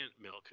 milk